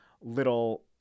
little